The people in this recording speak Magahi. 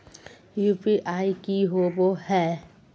यू.पी.आई की होबो है?